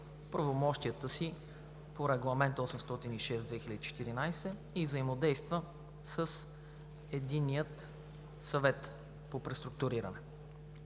правомощията си по Регламент № 806/2014 и взаимодейства с Единния съвет по преструктуриране.